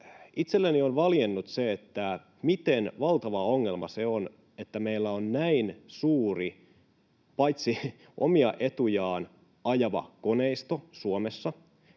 itselleni on valjennut se, miten valtava ongelma on se, että meillä on näin suuri omia etuja ajava koneisto Suomessa: